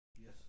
yes